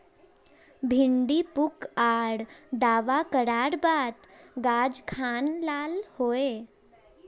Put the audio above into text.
भिन्डी पुक आर दावा करार बात गाज खान लाल होए?